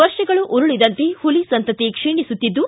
ವರ್ಷಗಳು ಉರುಳಿದಂತೆ ಹುಲಿ ಸಂತತಿ ಕ್ಷೀಣಿಸುತ್ತಿತ್ತು